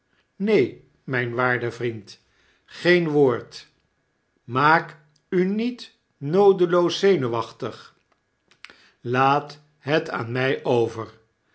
neen mp waarde vriend geen woord maak u niet noodeloos zenuwachtig laat het aan m over